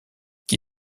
qui